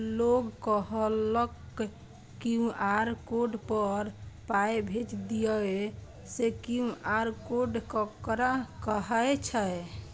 लोग कहलक QR code पर पाय भेज दियौ से क्यू.आर कोड ककरा कहै छै?